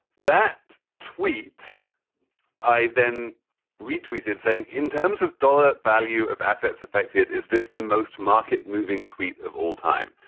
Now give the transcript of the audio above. that tweet i then retweeted saying in terms of dollar value of assets affected. is this the most market moving tweet of all time?